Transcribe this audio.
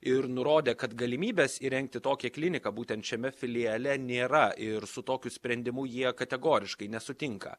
ir nurodė kad galimybes įrengti tokią kliniką būtent šiame filiale nėra ir su tokiu sprendimu jie kategoriškai nesutinka